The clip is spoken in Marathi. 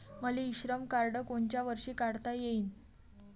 मले इ श्रम कार्ड कोनच्या वर्षी काढता येईन?